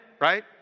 right